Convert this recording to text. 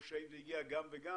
או שזה גם וגם?